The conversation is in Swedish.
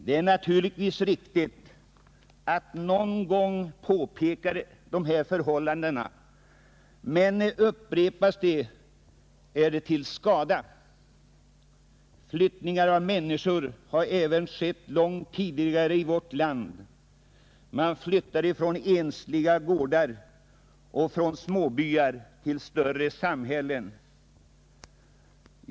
Det är naturligtvis riktigt att någon gång påpeka rådande förhållanden, men upprepas detta, blir det till skada. Flyttningar av människor har skett även långt tidigare i vårt land. Man flyttade från ensliga gårdar och småbyar till större samhällen.